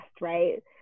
right